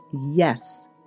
yes